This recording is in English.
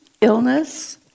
illness